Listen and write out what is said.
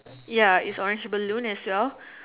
ya is orange balloon as well